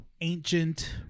ancient